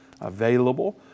available